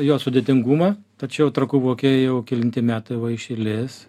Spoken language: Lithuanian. jo sudėtingumą tačiau trakų vokėje jau kelinti metai iš eilės